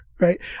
Right